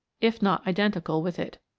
if not identical with it.